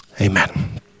amen